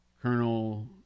Colonel